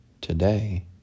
today